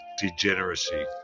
degeneracy